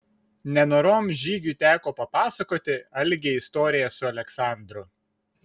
nenorom žygiui teko papasakoti algei istoriją su aleksandru